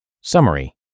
Summary